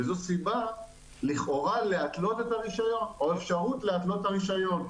וזאת סיבה לכאורה להתלות את הרישיון או אפשרות להתלות את הרישיון.